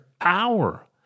power